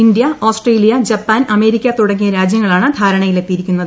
India Australia Japan America തുടങ്ങിയ രാജ്യങ്ങളാണ് ധാരണയിലെത്തിയിരിക്കുന്നത്